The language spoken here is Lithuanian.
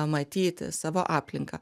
matyti savo aplinką